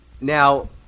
Now